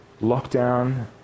lockdown